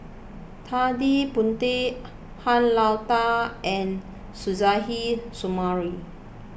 Ted De Ponti Han Lao Da and Suzairhe Sumari